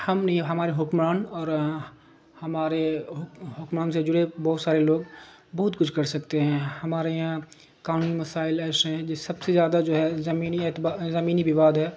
ہم نے ہمارے حکمان اور ہمارے حکمان سے جڑے بہت سارے لوگ بہت کچھ کر سکتے ہیں ہمارے یہاں قاننی مسائل ایسے ہیں ج سب سے زیادہ جو ہے زمینی اعتبا زمینی وباد ہے